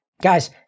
Guys